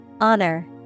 Honor